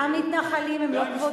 והמתנחלים.